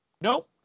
No